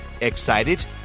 excited